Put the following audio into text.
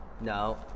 No